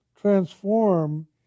transform